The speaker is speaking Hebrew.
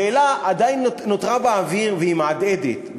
השאלה עדיין נותרה באוויר, והיא מהדהדת.